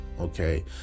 Okay